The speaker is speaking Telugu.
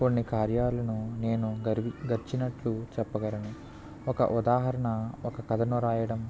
కొన్ని కార్యాలను నేను గర్వి గర్వించి నట్లు చెప్పగలను ఒక ఉదాహరణ ఒక కథను రాయడం